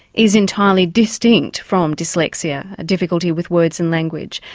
is entirely distinct from dyslexia, a difficulty with words and language.